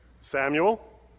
Samuel